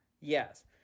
Yes